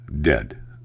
Dead